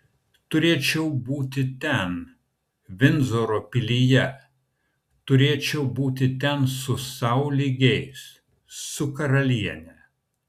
turėčiau būti ten vindzoro pilyje turėčiau būti ten su sau lygiais su karaliene